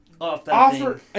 Offer